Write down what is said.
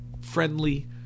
friendly